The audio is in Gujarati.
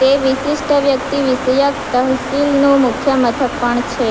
તે વિશિષ્ટ વ્યક્તિ વિષયક તહસીલનું મુખ્ય મથક પણ છે